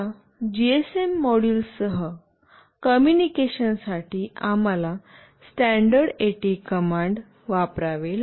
या GSM module सह कॉम्यूनिकेशनसाठी आम्हाला स्टॅण्डर्ड एटी कमांड वापरावे लागतील